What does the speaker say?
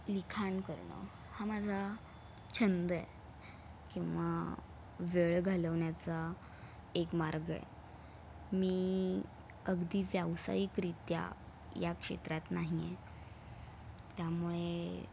लिखाण करणं हा माझा छंद आहे किंवा वेळ घालवण्याचा एक मार्ग आहे मी अगदी व्यावसायिकरीत्या या क्षेत्रात नाही आहे त्यामुळे